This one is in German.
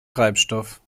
treibstoff